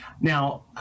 now